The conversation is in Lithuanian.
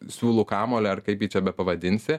siūlų kamuolį ar kaip j čia bepavadinsi